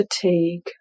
fatigue